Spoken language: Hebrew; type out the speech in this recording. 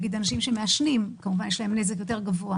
למשל אנשים שמעשנים כמובן יש להם נזק גבוה יותר.